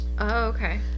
okay